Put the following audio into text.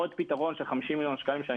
עוד פתרון של 50 מיליון שקלים - ואני